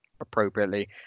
appropriately